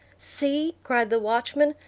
see! cried the watchman,